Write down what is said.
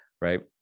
right